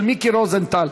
של מיקי רוזנטל.